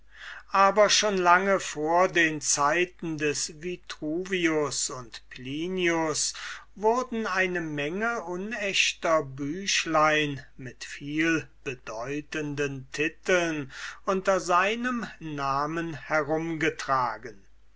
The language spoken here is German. aber schon lange vor den zeiten des vitruvius und plinius wurden eine menge unechter büchlein mit vielbedeutenden titeln unter seinem namen herumgetragen